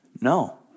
No